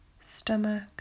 stomach